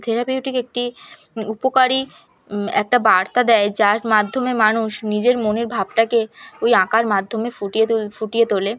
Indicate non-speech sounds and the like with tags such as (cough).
therapeutic একটি উপকারী একটা বার্তা দেয় যার মাধ্যমে মানুষ নিজের মনের ভাবটাকে ওই আঁকার মাধ্যমে ফুটিয়ে (unintelligible) ফুটিয়ে তোলে